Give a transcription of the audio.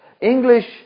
English